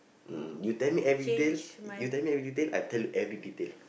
mm you tell me every detail you tell me every detail I tell you every detail